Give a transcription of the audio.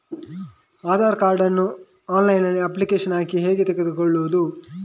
Aadhaar card ನ್ನು online application ಹಾಕಿ ಹೇಗೆ ತೆಗೆದುಕೊಳ್ಳುವುದು?